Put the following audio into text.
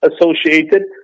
associated